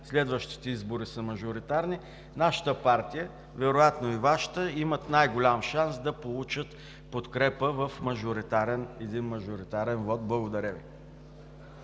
следващите избори са мажоритарни, нашата партия, вероятно и Вашата, имат най-голям шанс да получат подкрепа в един мажоритарен вот. Благодаря Ви.